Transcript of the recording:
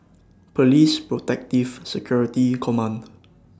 Police Protective Security Command